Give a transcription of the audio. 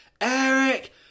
Eric